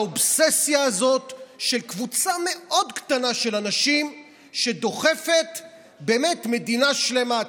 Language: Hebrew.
האובססיה הזאת של קבוצה מאוד קטנה של אנשים דוחפת מדינה שלמה.